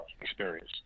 experience